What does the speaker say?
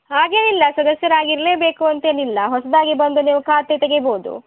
ಹಾಗೇನಿಲ್ಲ ಸದಸ್ಯರಾಗಿ ಇರಲೇಬೇಕು ಅಂತೇನಿಲ್ಲ ಹೊಸದಾಗಿ ಬಂದು ನೀವು ಖಾತೆ ತೆಗಿಬೋದು